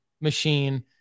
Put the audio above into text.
machine